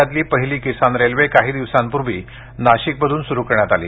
देशातली पहिली किसान रेल्वे काही दिवसांपूर्वी नाशिकमधून सुरू करण्यात आली